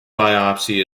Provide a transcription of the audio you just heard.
biopsy